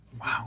Wow